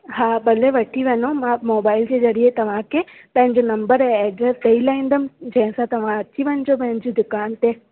हा भले वठी वञो मां मोबाइल जे ज़रिए तव्हांखे पंहिंजो नंबर ऐं एड्रेस ॾेई लाहींदमि जंहिं सां तवां अची वञिजो पंहिंजी दुकान ते